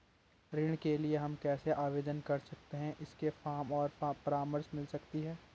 ऋण के लिए हम कैसे आवेदन कर सकते हैं इसके फॉर्म और परामर्श मिल सकती है?